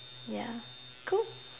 yeah cool